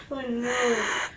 oh no